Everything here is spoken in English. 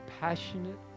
passionate